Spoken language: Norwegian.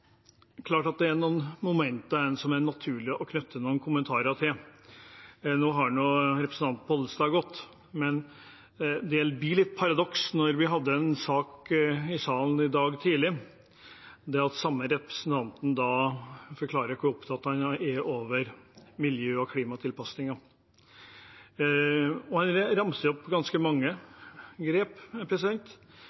naturlig å knytte noen kommentarer til. Nå har representanten Pollestad gått, men det blir litt paradoksalt når vi hadde en sak i salen i dag tidlig, der den samme representanten forklarer hvor opptatt han er av miljø- og klimatilpasninger. Han ramser opp ganske mange